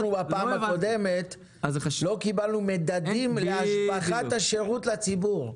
הערנו בפעם הקודמת ואמרנו שלא קיבלנו מדדים להשבחת השירות לציבור.